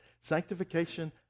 Sanctification